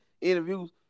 interviews